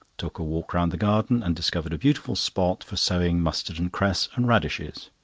took a walk round the garden, and discovered a beautiful spot for sowing mustard-and-cress and radishes.